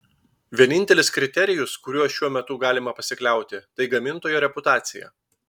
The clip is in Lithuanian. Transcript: vienintelis kriterijus kuriuo šiuo metu galima pasikliauti tai gamintojo reputacija